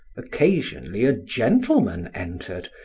occasionally a gentleman entered,